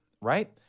right